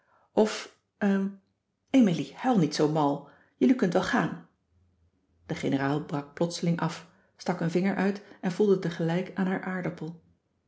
of e emilie huil niet zoo mal jullie kunt wel gaan de generaal brak plotseling af stak een vinger uit en voelde tegelijk aan haar aardappel